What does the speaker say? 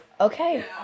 Okay